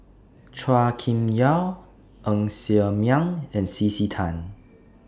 Chua Kim Yeow Ng Ser Miang and C C Tan